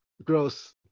Gross